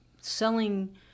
selling